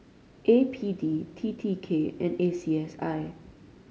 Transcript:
A P D T T K and A C S I